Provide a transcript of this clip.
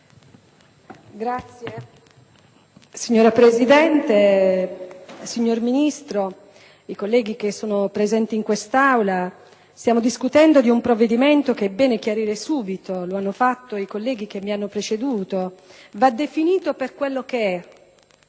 *(PD)*. Signora Presidente, signor Ministro, colleghi presenti in quest'Aula, stiamo discutendo di un provvedimento che, è bene chiarire subito (lo hanno fatto i senatori che mi hanno preceduto), va definito per quello che è,